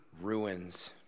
ruins